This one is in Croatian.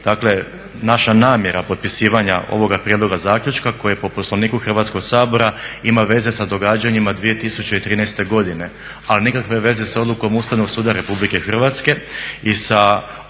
Dakle, naša namjera potpisivanja ovoga prijedloga zaključka koji je po Poslovniku Hrvatskog sabora ima veze sa događanjima 2013.godine, a nikakve veze sa odlukom Ustavnog suda RH i sa onim